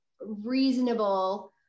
reasonable